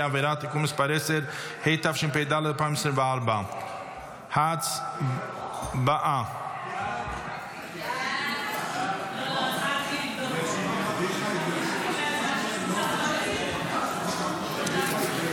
נפגע העבירה (תיקון מס' 10(, התשפ"ד 2024. ההצבעה.